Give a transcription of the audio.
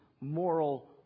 moral